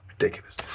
Ridiculous